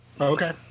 Okay